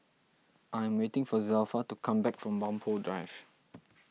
I'm waiting for Zelpha to come back from Whampoa Drive